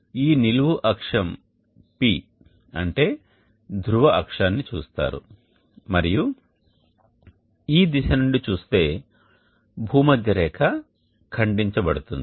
మీరు ఈ నిలువు అక్షం p అంటే ధ్రువ అక్షాన్ని చూస్తారు మరియు ఈ దిశ నుండి చూస్తే భూమధ్యరేఖ ఖండించబడుతుంది